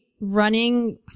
running